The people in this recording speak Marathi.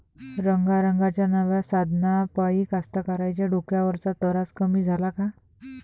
रंगारंगाच्या नव्या साधनाइपाई कास्तकाराइच्या डोक्यावरचा तरास कमी झाला का?